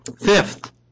Fifth